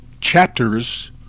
chapters